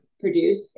produce